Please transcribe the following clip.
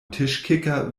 tischkicker